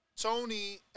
Tony